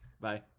Bye